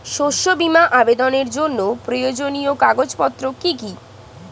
শস্য বীমা আবেদনের জন্য প্রয়োজনীয় কাগজপত্র কি কি?